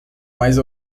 mais